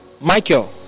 Michael